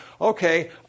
okay